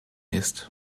ist